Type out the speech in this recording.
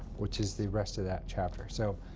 which is the rest of that chapter. so